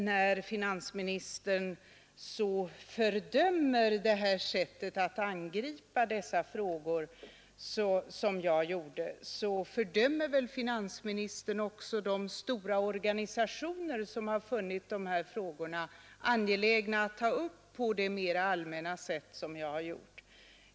När finansministern fördömer mitt sätt att angripa dessa frågor, fördömer han väl också de stora organisationer som har funnit dessa frågor angelägna att ta upp på det mera allmänna sätt som jag har gjort.